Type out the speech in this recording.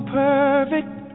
perfect